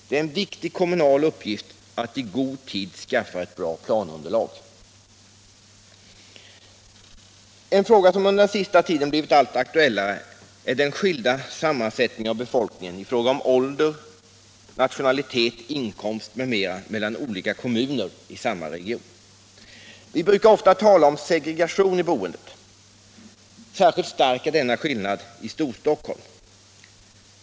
Det är en viktig kommunal uppgift att i god tid skaffa ett bra planunderlag. En fråga som under den senaste tiden blivit allt aktuellare är den skilda sammansättningen av befolkningen i fråga om ålder, nationalitet, inkomst m.m. mellan olika kommuner i samma region. Vi brukar ofta tala om segregation i boendet. Särskilt stark är denna skillnad i Storstockholm.